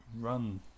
run